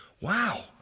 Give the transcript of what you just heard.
wow